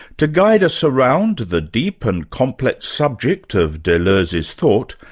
to guide us around the deep and complex subject of deleuze's thought,